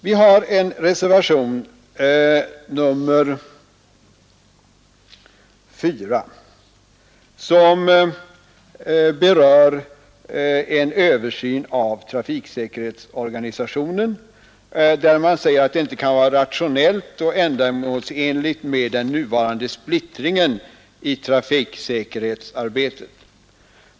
En annan reservation, nr 4, gäller en översyn av trafiksäkerhetsorganisationen. Reservanterna säger att det inte kan vara rationellt och ändamålsenligt med den nuvarande splittringen i trafiksäkerhetsarbetet.